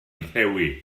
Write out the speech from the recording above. rhewi